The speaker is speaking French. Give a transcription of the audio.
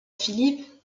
philippe